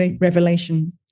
revelation